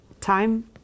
time